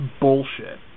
bullshit